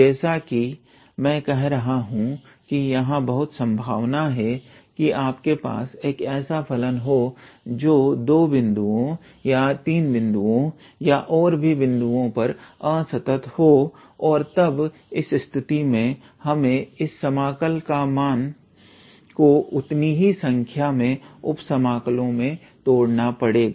जैसा कि मैं कह रहा था कि यहां बहुत संभावना है कि आपके पास एक ऐसा फलन हो जो 2 बिन्दुओ या 3 बिन्दुओ या और भी बिंदुओं पर असंतत हो और तब इस स्थिति में हमें इस समाकल को उतनी ही संख्या में उप समाकलो मे तोड़ना पड़ेगा